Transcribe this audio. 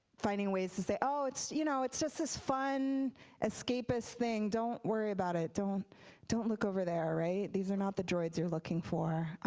finding ways to say oh it's you know it's just this fun escapist thing. don't worry about it. don't don't look over there. these are not the droids you're looking for.